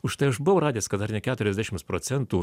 užtai aš buvau radęs kad ar ne keturiasdešims procentų